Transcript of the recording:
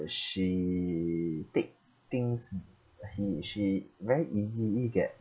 she take things he she very easily get